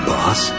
Boss